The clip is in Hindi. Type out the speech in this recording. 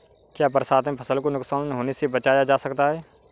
क्या बरसात में फसल को नुकसान होने से बचाया जा सकता है?